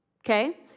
okay